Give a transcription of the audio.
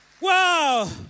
Wow